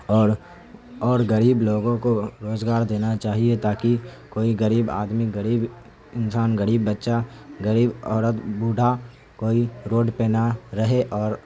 اور اور غریب لوگوں کو روزگار دینا چاہیے تاکہ کوئی غریب آدمی غریب انسان غریب بچہ غریب عورت بوڑھا کوئی روڈ پہ نہ رہے اور